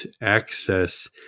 access